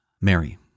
Mary